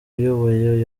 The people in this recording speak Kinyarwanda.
ayoboye